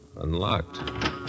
Unlocked